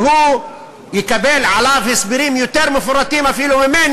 והוא יקבל עליו הסברים יותר מפורטים אפילו משלי